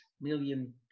million